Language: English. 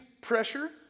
pressure